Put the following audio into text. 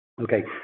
okay